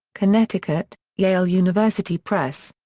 connecticut yale university press.